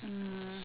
mm